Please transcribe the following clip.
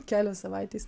kelios savaitės